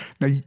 now